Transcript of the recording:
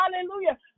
hallelujah